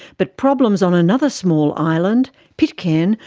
but problems on another small island, pitcairn,